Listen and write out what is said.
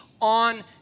on